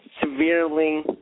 severely